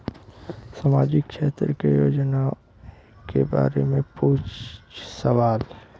सामाजिक क्षेत्र की योजनाए के बारे में पूछ सवाल?